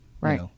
right